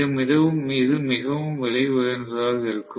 இது மிகவும் விலை உயர்ந்ததாக இருக்கும்